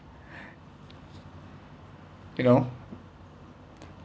you know